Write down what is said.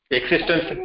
existence